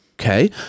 Okay